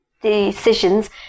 decisions